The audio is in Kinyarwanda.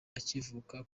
akivuka